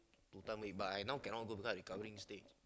two time weight but I now cannot go because I recovering stage